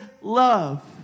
love